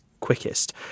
quickest